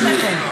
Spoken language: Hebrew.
האולם לרשותכם.